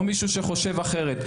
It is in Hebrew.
או מישהו שחושב אחרת,